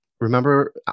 Remember